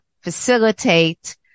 facilitate